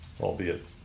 albeit